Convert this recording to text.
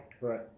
Right